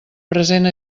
present